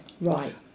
Right